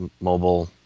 mobile